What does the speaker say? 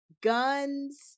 guns